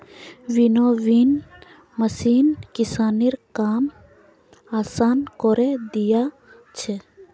winnowing machine किसानेर काम आसान करे दिया छे